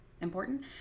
important